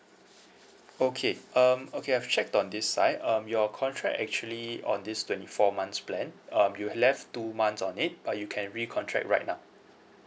okay um okay I've checked on this side um your contract actually on this twenty four months plan um you ha~ left two months on it but you can recontract right now